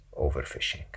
overfishing